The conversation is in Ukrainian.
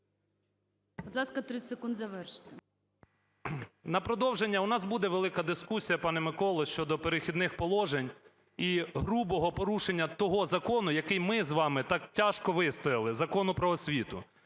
На продовження, у нас буде велика дискусія, пане Миколо, щодо "Перехідних положень" і грубого порушення того закону, який ми з вами так тяжко вистояли – Закону "Про освіту".